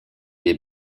des